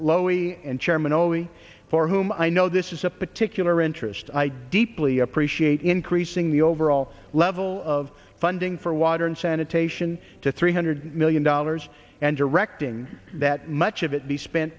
lowy and chairman only for whom i know this is a particular interest i deeply appreciate increasing the overall level of funding for water and sanitation to three hundred million dollars and directing that much of it be spent